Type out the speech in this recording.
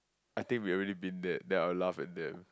I think we already been there then I will laugh at them